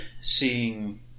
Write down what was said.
seeing